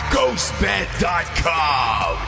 GhostBed.com